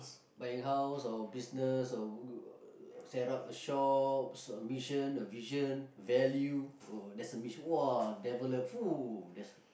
buying house or business or g~ set up a shops a mission a vision value there's a mission !wah! develop that's